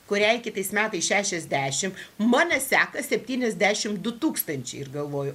kuriai kitais metais šešiasdešim mane seka septyniasdešim du tūkstančiai ir galvoju